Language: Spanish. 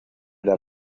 era